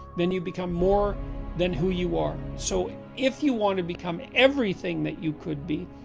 then you become more than who you are. so if you want to become everything that you could be,